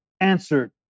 answered